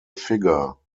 figure